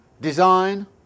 design